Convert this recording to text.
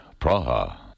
Praha